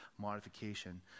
modification